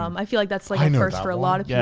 um i feel like that's like a first for a lot of yeah